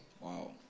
Wow